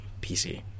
PC